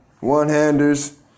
one-handers